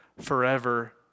forever